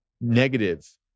negative